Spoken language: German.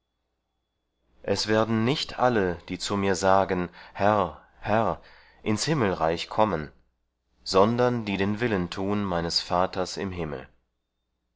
es werden nicht alle die zu mir sagen herr herr ins himmelreich kommen sondern die den willen tun meines vaters im himmel